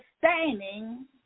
sustaining